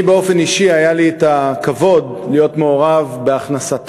אני באופן אישי היה לי הכבוד להיות מעורב בהכנסת